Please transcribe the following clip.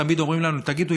תמיד אומרים לנו: תגידו,